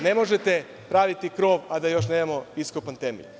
Ne možete praviti krov, a da još nemamo iskopan temelj.